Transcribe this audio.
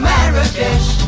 Marrakesh